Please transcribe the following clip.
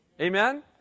Amen